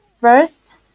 first